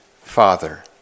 Father